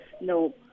No